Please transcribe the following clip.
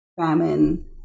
famine